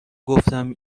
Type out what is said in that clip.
گفتم